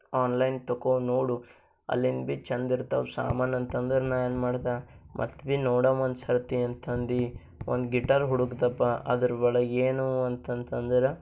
online ತಗೋ ನೋಡು ಅಲ್ಲಿನ ಭೀ ಚಂದ ಇರ್ತವೆ ಸಾಮಾನಂತಂದ್ರು ನಾನು ಏನು ಮಾಡ್ದೆ ಮತ್ತು ಭೀ ನೋಡೋವ ಒಂದು ಸರ್ತಿ ಅಂತಂದು ಒಂದು ಗಿಟಾರ್ ಹುಡುಕ್ದಪ್ಪ ಅದರ ಒಳಗೆ ಏನು ಅಂತಂತಂದ್ರೆ